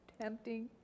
tempting